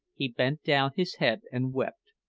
he bent down his head and wept.